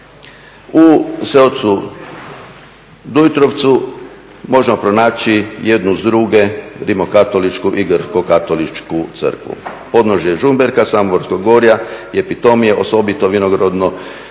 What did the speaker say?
U seocu Dujtrovcu možemo pronaći jednu uz druge rimokatoličku i grkokatoličku crkvu. Podnožje Žumberka Samoborskog gorja je pitomije osobito vinorodno